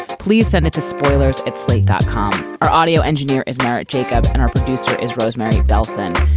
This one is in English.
please send it to spoilers at slate dot com. our audio engineer is margaret jacob and our producer is rosemary nelson.